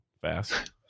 fast